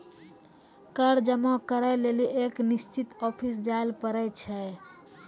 कर जमा करै लेली एक निश्चित ऑफिस जाय ल पड़ै छै